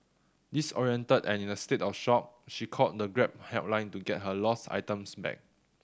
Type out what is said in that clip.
disoriented and in a state of shock she called the Grab helpline to get her lost items back